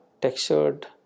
textured